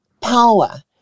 power